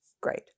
great